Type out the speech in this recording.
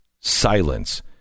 silence